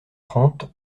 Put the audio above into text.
trente